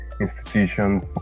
institutions